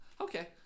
Okay